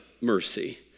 Mercy